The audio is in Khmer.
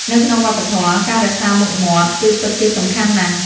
នៅក្នុងវប្បធម៌ ការរក្សាមុខមាត់គឺពិតជាសំខាន់ណាស់។